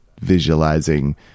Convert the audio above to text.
visualizing